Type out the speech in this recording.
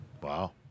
Wow